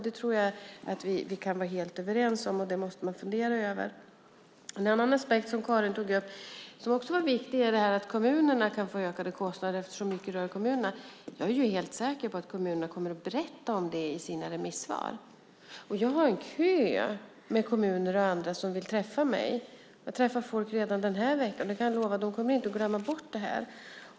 Jag tror att vi kan vara helt överens om det och att det är något som vi måste fundera över. En annan viktig aspekt som Carin tog upp är att kommunerna kan få ökade kostnader eftersom mycket rör kommunerna. Jag är helt säker på att kommunerna kommer att berätta om det i sina remissvar. Det är en kö av kommuner och andra som vill träffa mig. Jag träffar folk redan den här veckan, och jag kan lova att de inte kommer att glömma bort det här.